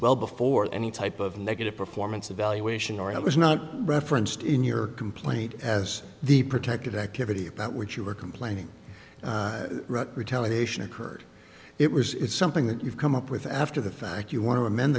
well before any type of negative performance evaluation or i was not referenced in your complaint as the protected activity that which you were complaining retaliation occurred it was it's something that you've come up with after the fact you want to amend